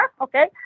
okay